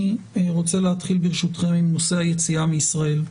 ברשותכם, אני רוצה להתחיל בנושא היציאה מישראל.